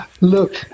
Look